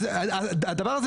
הבנו.